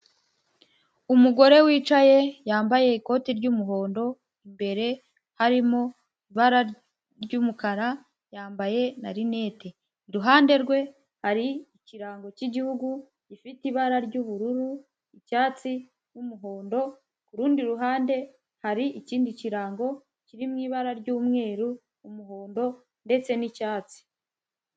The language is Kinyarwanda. Umugore wicaye yambaye ikoti ry'umuhondo, imbere harimo ibara ry'umukara, yambaye na rinete. Iruhande rwe hari ikirango cy'igihugu gifite ibara ry'ubururu, icyatsi n'umuhondo, ku rundi ruhande hari ikindi kirango kiri mu ibara ry'umweru, umuhondo ndetse n'icyatsi.